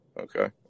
Okay